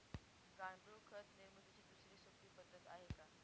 गांडूळ खत निर्मितीची दुसरी सोपी पद्धत आहे का?